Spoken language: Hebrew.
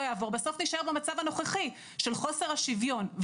יעבור בסוף נישאר במצב הנוכחי של חוסר השוויון.